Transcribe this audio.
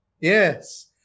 Yes